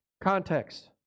Context